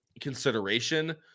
consideration